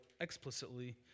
explicitly